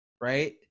right